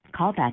callback